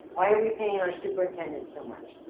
why are we paying our superintendent so much?